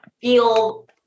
feel